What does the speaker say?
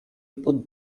put